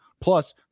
Plus